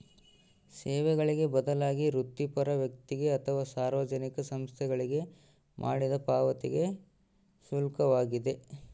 ಸೇವೆಗಳಿಗೆ ಬದಲಾಗಿ ವೃತ್ತಿಪರ ವ್ಯಕ್ತಿಗೆ ಅಥವಾ ಸಾರ್ವಜನಿಕ ಸಂಸ್ಥೆಗಳಿಗೆ ಮಾಡಿದ ಪಾವತಿಗೆ ಶುಲ್ಕವಾಗಿದೆ